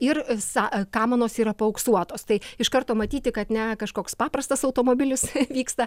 ir sa kamanos yra paauksuotos tai iš karto matyti kad ne kažkoks paprastas automobilis vyksta